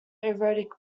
erotic